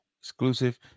Exclusive